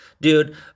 Dude